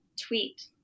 tweet